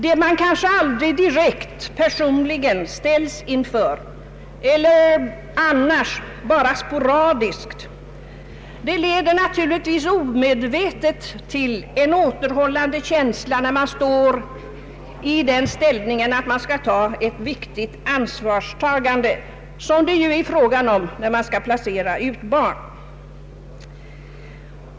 Det man kanske aldrig direkt personligen ställs inför eller möter bara sporadiskt, det leder naturligtvis omedvetet till en återhållande känsla när man står i den ställningen att man skall ta ett viktigt ansvar, som det ju är fråga om då man skall placera ut barn.